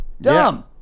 Dumb